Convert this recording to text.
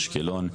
אשקלון,